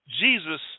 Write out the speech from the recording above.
Jesus